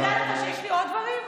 ותדע לך שיש לי עוד דברים,